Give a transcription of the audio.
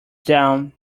down